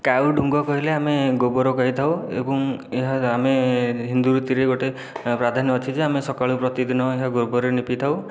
କାଓଡ଼ଙ୍କ କହିଲେ ଆମେ ଗୋବର କହିଥାଉ ଏବଂ ଏହା ଆମେ ହିନ୍ଦୁ ରୀତିରେ ଗୋଟିଏ ପ୍ରାଧାନ୍ୟ ଅଛି ଯେ ଆମେ ସକାଳୁ ଏହାକୁ ପ୍ରତିଦିନ ଏହା ଗୋବରରେ ଲିପିଥାଉ